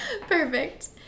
Perfect